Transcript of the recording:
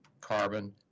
carbon